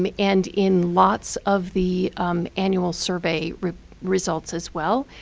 um and in lots of the annual survey results as well,